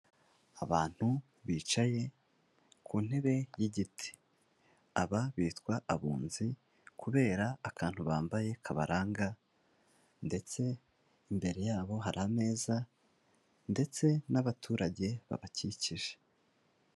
Abantu bicaye ku ntebe y'igiti, aba bitwa abunzi kubera akantu bambaye kabaranga, ndetse imbere yabo hari ameza, ndetse n'abaturage babakikije.